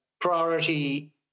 priority